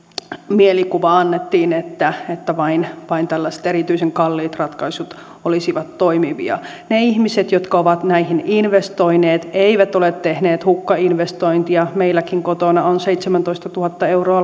mielikuva annettiin että että vain vain tällaiset erityisen kalliit ratkaisut olisivat toimivia ne ihmiset jotka ovat näihin investoineet eivät ole tehneet hukkainvestointia meilläkin kotona on seitsemäntoistatuhatta euroa